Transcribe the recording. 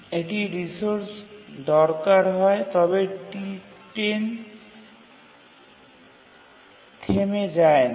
এটির রিসোর্স দরকার হয় তবে T10 থেমে যায় না